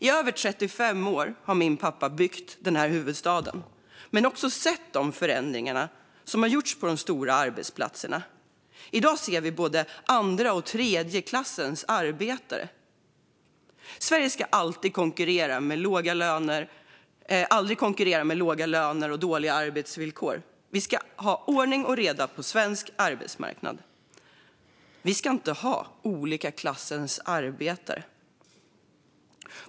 I över 35 år har min pappa byggt den här huvudstaden. Han har sett förändringarna som gjorts på de stora arbetsplatserna. I dag ser man både andra och tredje klassens arbetare där, men Sverige ska aldrig konkurrera med låga löner och dåliga arbetsvillkor. Det ska vara ordning och reda på svensk arbetsmarknad - inte olika klasser av arbetare.